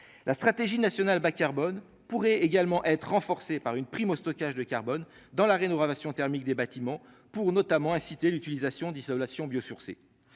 la stratégie nationale bas-carbone pourraient également être renforcée par une prime au stockage de carbone dans la rénovation thermique des bâtiments pour notamment inciter l'utilisation d'isolation biosourcés